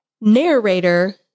narrator